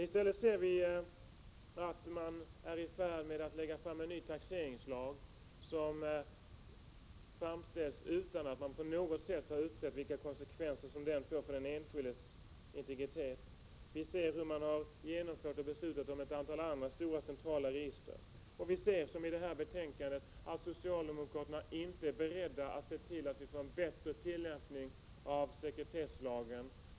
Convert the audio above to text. I stället ser vi att man är i färd med att lägga fram en ny taxeringslag, ett förslag som framställs utan att man på något sätt har utrett vilka konsekvenser denna lag får för den enskildes integritet. Vi ser hur man har beslutat om och genomfört ett antal andra stora centrala register. Vi ser också, som i detta betänkande, att socialdemokraterna inte är beredda att se till att vi får en bättre tillämpning av sekretesslagen.